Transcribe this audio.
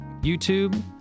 youtube